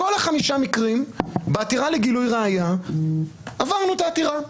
בכל החמישה מקרים בעתירה לגילוי ראיה עברנו את העתירה.